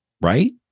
right